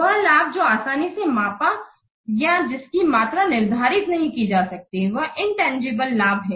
वह लाभ जो आसानी से मापा या जिसकी मात्रा निर्धारित नहीं कि जा सकती है वह इनतंजीबले लाभ है